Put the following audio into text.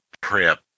prep